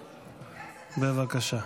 בבקשה.